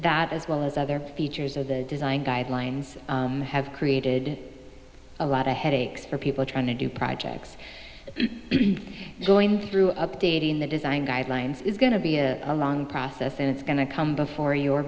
that as well as other features of the design guidelines have created a lot of headaches for people trying to do projects going through updating the design guidelines is going to be a long process and it's going to come before your